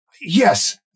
yes